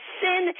sin